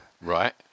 Right